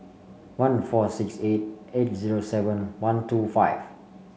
one four six eight eight zero seven one two five